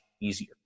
easier